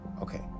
Okay